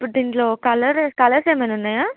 ఇప్పుడు దీంట్లో colour colours ఏమైనా ఉన్నాయా